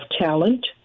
talent